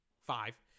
five